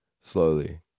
slowly